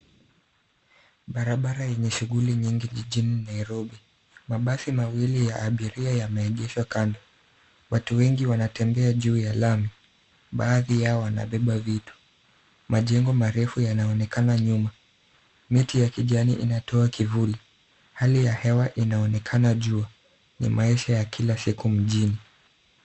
Barabara yenye shughuli nyingi jijini Nairobi. Mabasi mawili ya abiria yameegeshwa kando. Watu wengi wanatembea juu ya lami, baadhi yao wanabeba vitu. Majengo marefu yanaonekana nyuma. Miti ya kijani inatoa kivuli. Hali ya hewa inaonekana jua. Ni maisha ya kila siku mjini.